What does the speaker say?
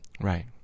Right